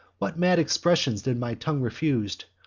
what mad expressions did my tongue refuse!